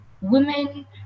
women